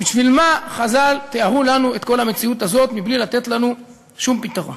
בשביל מה חז"ל תיארו לנו את כל המציאות הזאת מבלי לתת לנו שום פתרון?